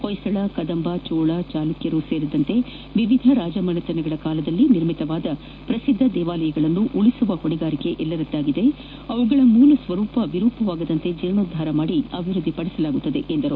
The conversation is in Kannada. ಹೊಯ್ಲಳ ಕದಂಬ ಚೋಳ ಚಾಲುಕ್ವರು ಸೇರಿದಂತೆ ವಿವಿಧ ರಾಜಮನೆತನಗಳ ಕಾಲದಲ್ಲಿ ನಿರ್ಮಿತವಾದ ಪ್ರಭಿದ್ದ ದೇವಾಲಯಗಳನ್ನು ಉಳಿಸುವ ಹೊಣೆ ನಮ್ಮೆಲ್ಲರದಾಗಿದ್ದು ಅವುಗಳ ಮೂಲ ಸ್ವರೂಪ ವಿರೂಪವಾಗದಂತೆ ಜೀರ್ಣೋದ್ದಾರ ಕೈಗೊಂಡು ಅಭಿವೃದ್ಧಿಪಡಿಸಲಾಗುವುದು ಎಂದರು